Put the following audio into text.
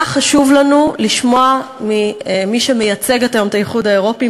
היה חשוב לנו לשמוע ממי שמייצגת היום את האיחוד האירופי,